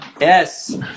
Yes